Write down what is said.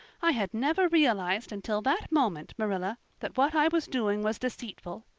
i had never realized until that moment, marilla, that what i was doing was deceitful.